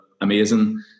amazing